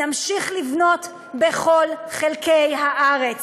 נמשיך לבנות בכל חלקי הארץ.